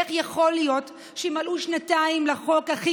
איך יכול להיות שמלאו שנתיים לחוק הכי